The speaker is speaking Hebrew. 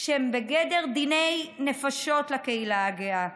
שהם בגדר דיני נפשות לקהילה הגאה.